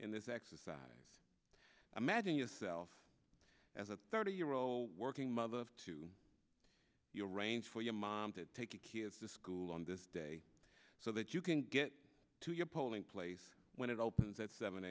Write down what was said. in this exercise imagine yourself as a thirty year old working mother of two year range for your mom to take your kids to school on this day so that you can get to your polling place when it opens at seven